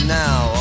now